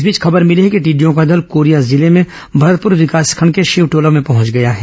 इस बीच खबर मिली है कि टिडिंडयों का दल कोरिया जिले में भरतपुर विकासखंड के शिवटोला में पहुंच गया है